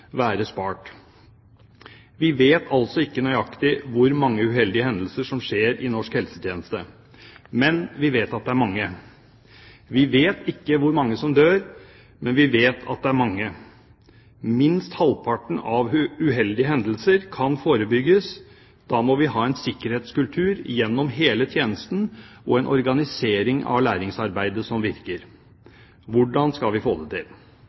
være spart. Vi vet altså ikke nøyaktig hvor mange uheldige hendelser som skjer i norsk helsetjeneste, men vi vet at det er mange. Vi vet ikke hvor mange som dør, men vi vet at det er mange. Minst halvparten av de uheldige hendelsene kan forebygges. Da må vi ha en sikkerhetskultur gjennom hele tjenesten og en organisering av læringsarbeidet som virker. Hvordan skal vi få det til?